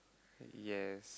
yes